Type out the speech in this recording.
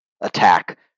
attack